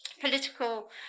political